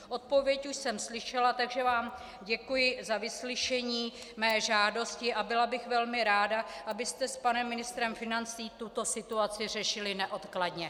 Odpověď už jsem slyšela, takže vám děkuji za vyslyšení mé žádosti a byla bych velmi ráda, abyste s panem ministrem financí tuto situaci řešili neodkladně.